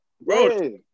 bro